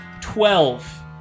Twelve